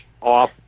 off